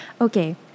Okay